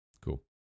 Cool